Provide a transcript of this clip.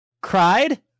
cried